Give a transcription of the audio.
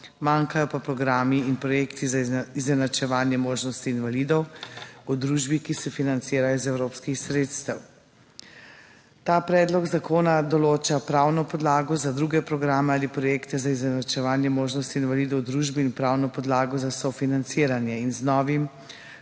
manjkajo pa programi in projekti za izenačevanje možnosti invalidov v družbi, ki se financirajo iz evropskih sredstev. Ta predlog zakona določa pravno podlago za druge programe ali projekte za izenačevanje možnosti invalidov v družbi in pravno podlago za sofinanciranje. Z novim